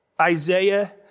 Isaiah